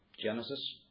Genesis